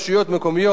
בדרך כלל,